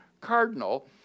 cardinal